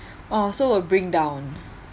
orh so will bring down